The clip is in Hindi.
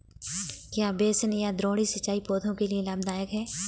क्या बेसिन या द्रोणी सिंचाई पौधों के लिए लाभदायक है?